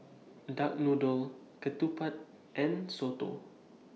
Duck Noodle Ketupat and Soto